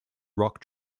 rock